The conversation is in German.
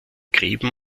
gräben